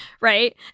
right